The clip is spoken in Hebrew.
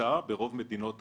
מהממוצע ברוב מדינות העולם,